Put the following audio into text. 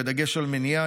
בדגש על מניעה,